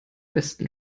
besten